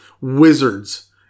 Wizards